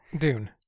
Dune